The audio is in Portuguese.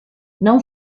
não